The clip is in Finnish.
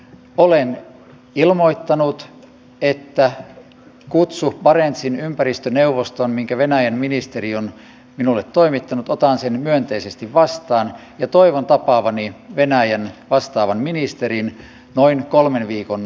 olen ilmoittanut että otan myönteisesti vastaan kutsun barentsin ympäristöneuvostoon minkä venäjän ministeri on minulle toimittanut ja toivon tapaavani venäjän vastaavan ministerin noin kolmen viikon kuluttua